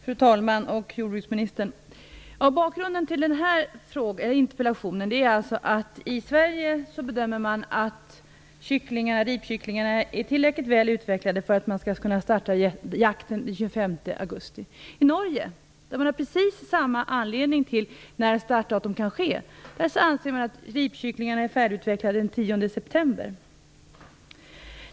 Fru talman! Jordbruksministern! Bakgrunden till den här interpellationen är att man i Sverige bedömer att ripkycklingarna är tillräckligt väl utvecklade för att man skall kunna starta jakten den 25 augusti. I Norge, där man har anledning att göra precis samma bedömning av tidpunkten för startdatum, anser man att ripkycklingarna är färdiga den 10 september.